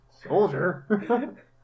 Soldier